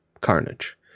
Carnage